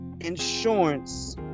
insurance